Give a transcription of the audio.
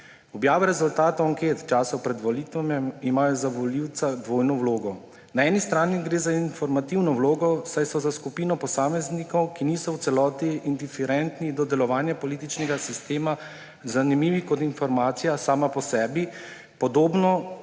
Objave rezultatov anket v času pred volitvami imajo za volivca dvojno vlogo. Na eni strani gre za informativno vlogo, saj so za skupino posameznikov, ki niso v celoti indiferentni do delovanja političnega sistema, zanimivi kot informacija sama po sebi, podobno